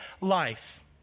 life